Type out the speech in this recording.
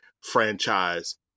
franchise